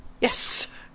Yes